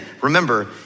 remember